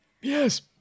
yes